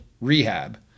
rehab